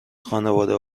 خانواده